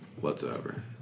whatsoever